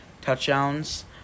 Touchdowns